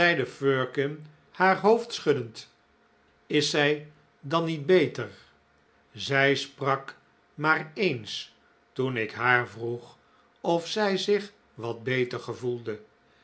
haar hoofd schuddend is zij dan niet beter zij sprak maar eens toen ik haar vroeg of zij zich wat beter gevoelde